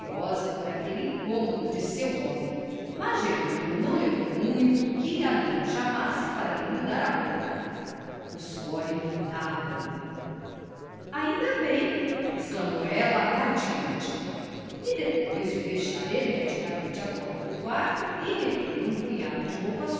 supersticiosa por aquele incômodo de seu homem mas jerônimo não levou muito que a não chamasse para lhe mudar a roupa o suor inundava o ainda bem exclamou ela radiante e depois de fechar hermeticamente a porta do quarto e meter um punhado de roupa